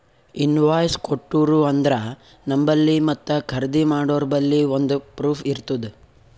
invoice ಕೊಟ್ಟೂರು ಅಂದ್ರ ನಂಬಲ್ಲಿ ಮತ್ತ ಖರ್ದಿ ಮಾಡೋರ್ಬಲ್ಲಿ ಒಂದ್ ಪ್ರೂಫ್ ಇರ್ತುದ್